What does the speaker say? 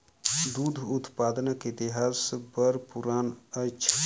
दूध उत्पादनक इतिहास बड़ पुरान अछि